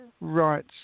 right